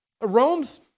Rome's